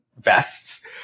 vests